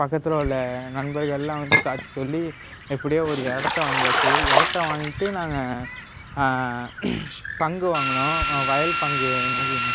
பக்கத்தில் உள்ள நண்பர்கள்லாம் வந்து சாட்சி சொல்லி எப்படியோ ஒரு இடத்த வாங்கியாச்சு இடத்த வாங்கிட்டு நாங்கள் பங்கு வாங்கினோம் வயல் பங்கு